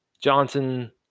Johnson